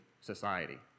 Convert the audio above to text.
society